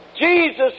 Jesus